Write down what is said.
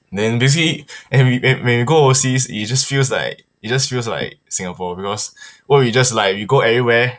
then basically and we when when we go overseas it just feels like it just feels like singapore because will be just like we go everywhere